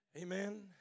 Amen